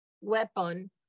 weapon